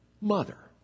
mother